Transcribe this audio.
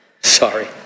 Sorry